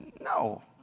No